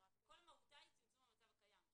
כל מהותה היא צמצום המצב הקיים.